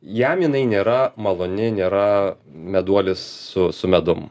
jam jinai nėra maloni nėra meduolis su su medum